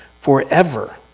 forever